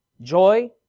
joy